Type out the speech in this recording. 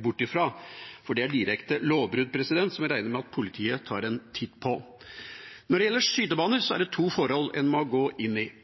bort fra, for det er direkte lovbrudd, som jeg regner med at politiet tar en titt på. Når det gjelder skytebaner, er det to forhold en må gå inn i –